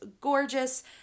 gorgeous